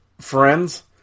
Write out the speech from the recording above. friends